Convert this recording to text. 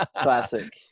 Classic